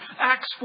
Acts